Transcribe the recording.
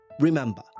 remember